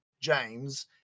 James